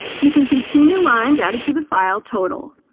you can see two new lines added to the file total